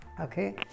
okay